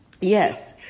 Yes